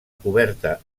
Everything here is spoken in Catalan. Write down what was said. coberta